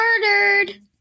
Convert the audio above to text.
murdered